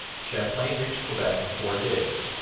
champlain reached quebec in four days,